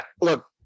look